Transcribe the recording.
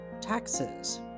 taxes